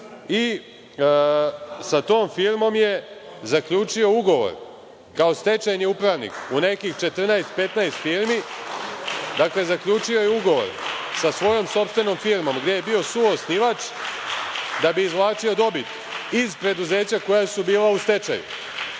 i sa tom firmom je zaključio ugovor kao stečajni upravnik u nekih 14, 15 firmi. Zaključio je ugovor sa svojom sopstvenom firmom gde je bio suosnivač, da bi izvlačio dobit iz preduzeća koja su bila u stečaju. On